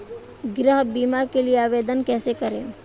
गृह बीमा के लिए आवेदन कैसे करें?